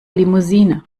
limousine